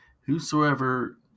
whosoever